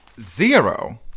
Zero